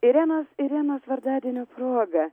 irenos irenos vardadienio proga